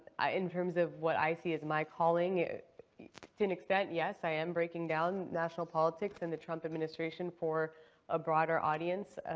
in terms of what i see as my calling, to an extent, yes i am breaking down national politics and the trump administration for a broader audience.